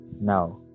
Now